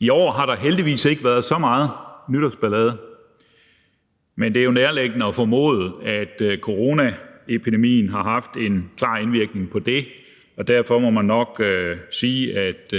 I år har der heldigvis ikke været så meget nytårsballade. Men det er jo nærliggende at formode, at coronaepidemien har haft en klar indvirkning på det, og derfor må man nok sige, at